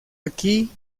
aquí